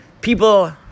people